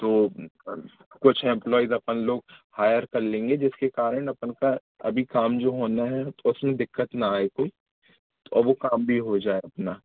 तो कुछ एम्प्लॉइज़ अपन लोग हायर कर लेंगे जिसके कारण अपन का अभी काम जो होना है उसमें दिक्कत ना आए कोई और वो काम भी हो जाए अपना